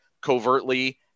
covertly